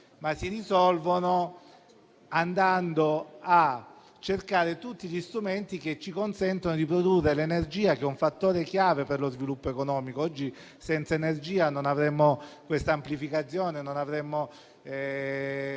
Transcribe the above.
ma si risolvono andando a cercare tutti gli strumenti che ci consentono di produrre l'energia, che è un fattore chiave per lo sviluppo economico. Oggi senza energia non avremmo questa amplificazione, non avremmo